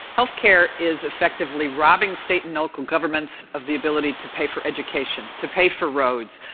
healthcare is effectively robbing state and local governments of the ability to pay for education, to pay for roads,